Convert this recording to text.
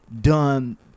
done